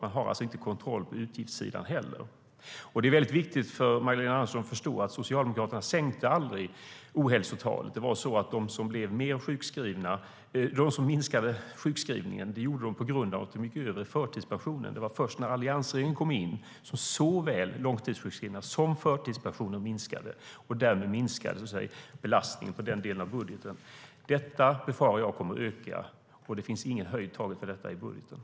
Man har alltså inte kontroll på utgiftssidan heller. Jag befarar att detta kommer att öka, och det finns ingen höjd tagen för detta i budgeten.